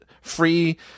free